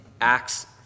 acts